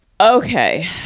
Okay